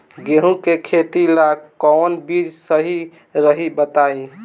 गेहूं के खेती ला कोवन बीज सही रही बताई?